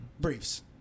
Briefs